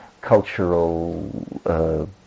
cultural